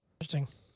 Interesting